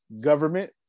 government